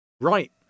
Right